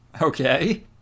Okay